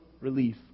relief